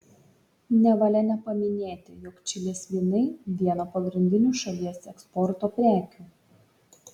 nevalia nepaminėti jog čilės vynai viena pagrindinių šalies eksporto prekių